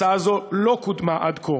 הצעה זו לא קודמה עד כה.